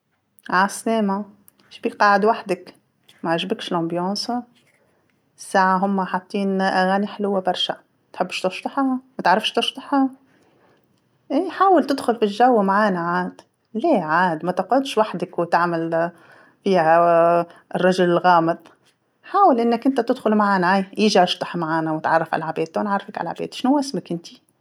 عالسلامه، وشبيك قاعد وحدك، ماعجبكش الحماس، الساعه هوما حاطين أغاني حلوه برشا، تحبش تشطح، ما تعرفش تشطح، اي حاول تدخل في الجو معانا عاد، ليه عاد، ماتقعدش وحدك وتعمل في-فيها الرجل الغامض، حاول أنك أنت تدخل معانا أي، اجي اشطح معانا وتعرف على العباد، توا نعرفك على العباد، شنوا إسمك إنت.